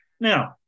Now